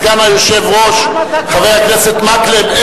סגן היושב-ראש חבר הכנסת מקלב,